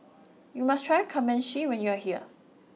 you must try Kamameshi when you are here